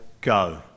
go